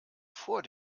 vor